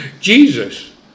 Jesus